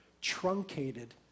truncated